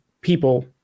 people